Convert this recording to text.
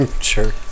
Sure